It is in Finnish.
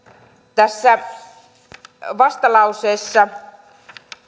tässä vastalauseessa